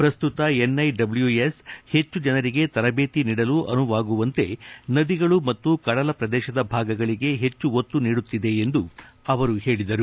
ಪ್ರಸ್ತುತ N I W S ಹೆಚ್ಚು ಜನರಿಗೆ ತರಬೇತಿ ನೀಡಲು ಅನುವಾಗುವಂತೆ ನದಿಗಳು ಮತ್ತು ಕಡಲ ಪ್ರದೇಶದ ಭಾಗಗಳಿಗೆ ಹೆಚ್ಚು ಒತ್ತು ನೀಡುತ್ತಿದೆ ಎಂದು ಹೇಳಿದರು